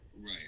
Right